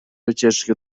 wycieczki